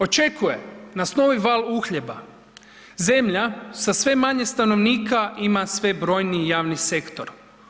Očekuje nas novi val uhljeba, zemlja sa sve manje stanovnika ima sve brojniji javni sektor.